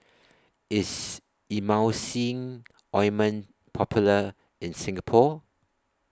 IS Emulsying Ointment Popular in Singapore